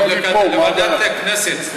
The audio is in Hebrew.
לוועדת הכנסת.